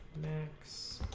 next